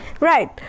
Right